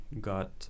got